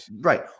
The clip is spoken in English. right